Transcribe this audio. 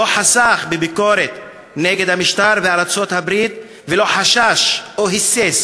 לא חסך בביקורת על המשטר בארצות-הברית ולא חשש או היסס